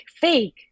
fake